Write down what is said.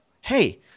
hey